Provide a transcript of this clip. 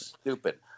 stupid